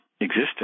existence